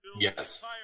Yes